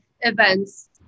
events